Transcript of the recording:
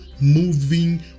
moving